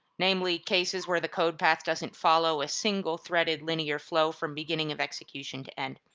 namely cases where the code path doesn't follow a single-threaded linear flow from beginning of execution to end.